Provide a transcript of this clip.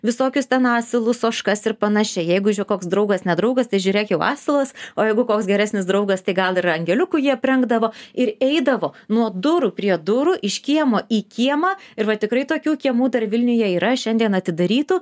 visokius ten asilus ožkas ir panašiai jeigu žiū koks draugas nedraugas tai žiūrėk jau asilas o jeigu koks geresnis draugas tai gal ir angeliuku jį aprengdavo ir eidavo nuo durų prie durų iš kiemo į kiemą ir va tikrai tokių kiemų dar vilniuje yra šiandien atidarytų